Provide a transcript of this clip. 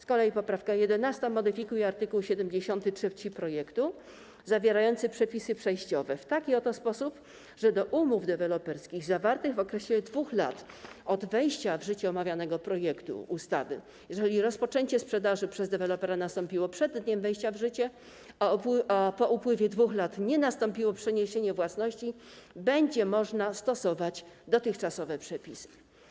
Z kolei poprawka 11. modyfikuje art. 73 projektu zawierający przepisy przejściowe w taki oto sposób, że do umów deweloperskich zawartych w okresie 2 lat od dnia wejścia w życie omawianej ustawy, jeżeli rozpoczęcie sprzedaży przez dewelopera nastąpiło przed dniem jej wejścia w życie, a po upływie 2 lat nie nastąpiło przeniesienie własności, będzie można stosować dotychczasowe przepisy.